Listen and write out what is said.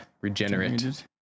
Regenerate